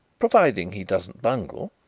provided he doesn't bungle,